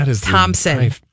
Thompson